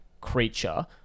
creature